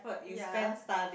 ya